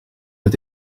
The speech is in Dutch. dat